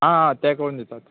आं तें करून दितात